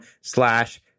slash